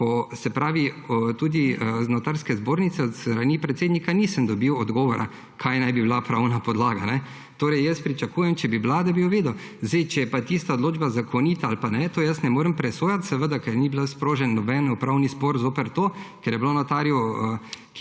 Se pravi, tudi iz Notarske zbornice od strani predsednika nisem dobil odgovora, kaj naj bi bila pravna podlaga. Torej pričakujem, če bi bila, da bi jo videl. Če je pa tista odločba zakonita ali pa ne, tega jaz ne morem presojati, seveda ker ni bil sprožen noben upravni spor zoper to, ker je bilo notarju,